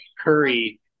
Curry –